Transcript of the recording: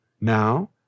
Now